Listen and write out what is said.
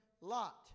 Lot